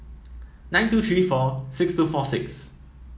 nine two three four six two four six